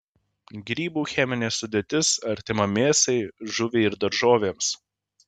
grybų cheminė sudėtis artima mėsai žuviai ir daržovėms